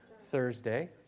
Thursday